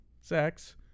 sex